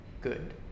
good